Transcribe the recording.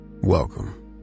welcome